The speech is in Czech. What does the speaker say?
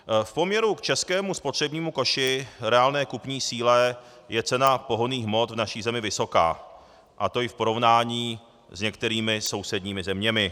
V poměru k českému spotřebnímu koši, k reálné kupní síle, je cena pohonných hmot v naší zemi vysoká, a to i v porovnání s některými sousedními zeměmi.